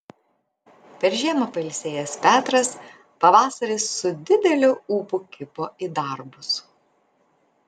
per žiemą pailsėjęs petras pavasarį su dideliu ūpu kibo į darbus